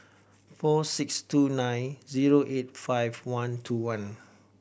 four six two nine zero eight five one two one